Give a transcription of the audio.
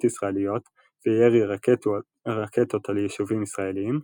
ישראליות וירי רקטות על יישובים ישראליים,